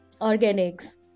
organics